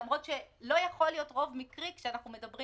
למרות שלא יכול להיות רוב מקרי כשאנחנו מדברים